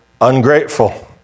Ungrateful